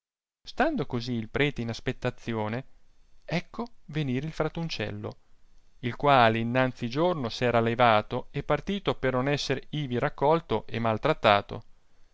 stando così il prete in aspettazione ecco venir il fratuncello il quale innanzi giorno s'era levato e partito per non esser ivi raccolto e